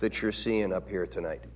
that you're seeing up here tonight